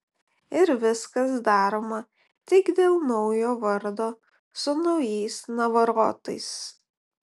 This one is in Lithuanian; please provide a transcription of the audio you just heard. ir viskas daroma tik dėl naujo vardo su naujais navarotais